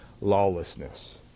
lawlessness